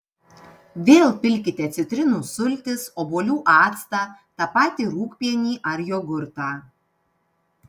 vėl pilkite citrinų sultis obuolių actą tą patį rūgpienį ar jogurtą